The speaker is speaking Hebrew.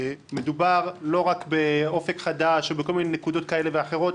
מדובר לא רק ב"אופק חדש" או בכל מיני נקודות כאלה ואחרות.